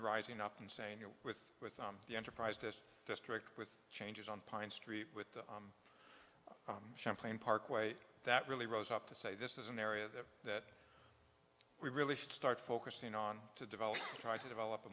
rising up and saying you're with with the enterprise this district with changes on pine street with the champlain parkway that really rose up to say this is an area that that we really should start focusing on to develop try to develop a